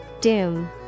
Doom